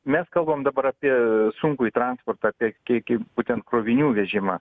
mes kalbam dabar apie sunkųjį transportą apie kiekį būtent krovinių vežimą